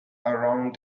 around